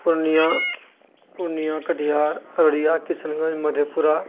Purnia Purnia Katihar Araria Kishanganj Madhepura